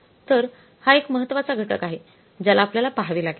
तर हा एक महत्त्वाचा घटक आहे ज्याला आपल्याला पाहावे लागेल